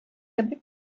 кебек